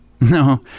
No